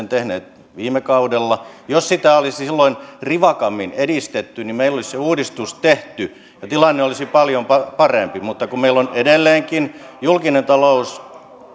sen tehneet viime kaudella jos sitä olisi silloin rivakammin edistetty niin meillä olisi se uudistus tehty ja tilanne olisi paljon parempi mutta meillä on edelleenkin julkinen talous